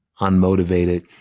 unmotivated